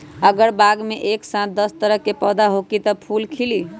अगर बाग मे एक साथ दस तरह के पौधा होखि त का फुल खिली?